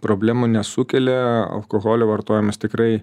problemų nesukelia alkoholio vartojimas tikrai